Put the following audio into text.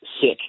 sick